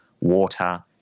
water